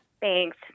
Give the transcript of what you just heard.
Thanks